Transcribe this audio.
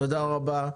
תודה רבה.